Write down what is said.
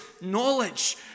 knowledge